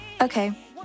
Okay